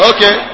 Okay